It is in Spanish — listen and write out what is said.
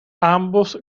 ambos